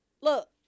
Look